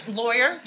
lawyer